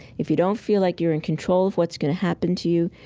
if you don't feel like you're in control of what's going to happen to you,